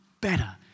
better